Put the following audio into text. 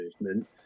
movement